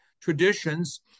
traditions